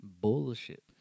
Bullshit